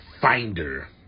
finder